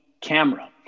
camera